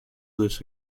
this